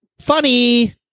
Funny